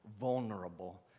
vulnerable